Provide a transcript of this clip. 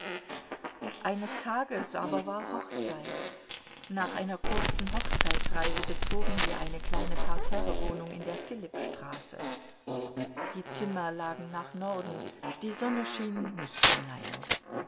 eines tages aber war hochzeit nach einer kurzen hochzeitsreise bezogen wir eine kleine parterrewohnung in der philippstraße die zimmer lagen nach norden die sonne schien nicht hinein